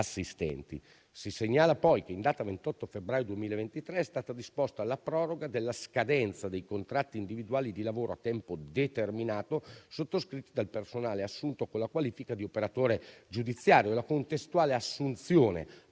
Si segnala poi che in data 28 febbraio 2023 è stata disposta la proroga della scadenza dei contratti individuali di lavoro a tempo determinato sottoscritti dal personale assunto con la qualifica di operatore giudiziario e la contestuale assunzione